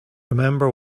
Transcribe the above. remember